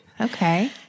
Okay